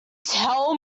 tell